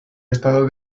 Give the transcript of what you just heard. estado